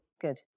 Good